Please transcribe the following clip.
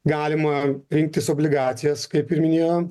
galima rinktis obligacijas kaip ir minėjom